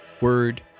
Word